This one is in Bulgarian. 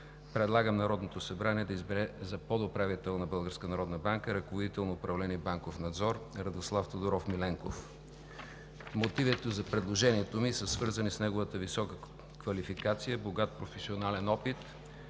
предлагам на Народното събрание да избере за подуправител на Българската народна банка – ръководител на управление „Банков надзор“ Радослав Тодоров Миленков. Мотивите за предложението ми са свързани с неговата висока квалификация, богат професионален опит